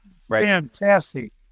fantastic